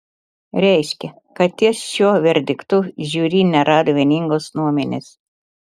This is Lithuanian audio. reiškia kad ties šiuo verdiktu žiuri nerado vieningos nuomonės